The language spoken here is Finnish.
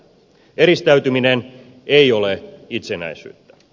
eristäytyminen ei ole itsenäisyyttä